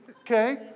Okay